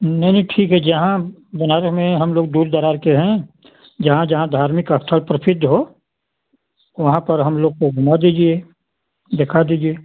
नहीं ठीक है जहाँ बनारस में हम लोग दूरदराज़ के हैं जहाँ जहाँ धार्मिक का स्थल प्रसिद्ध हों वहाँ पर हम लोग को घूमा दीजिए दिखा दीजिए